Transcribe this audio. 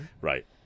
Right